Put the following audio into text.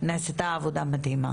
שנעשתה עבודה מדהימה